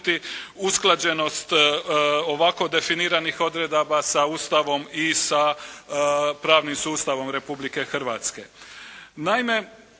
usklađenost ovako definiranih odredaba sa Ustavom i sa pravnim sustavom Republike Hrvatske.